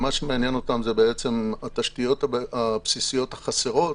מה שמעניין אותם אלה התשתיות הבסיסיות החסרות